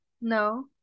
No